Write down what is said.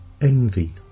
envy